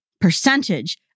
percentage